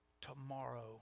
tomorrow